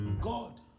God